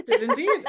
indeed